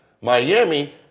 Miami